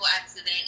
accident